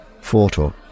photo